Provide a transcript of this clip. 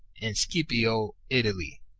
and scipio italy.